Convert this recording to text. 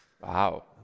Wow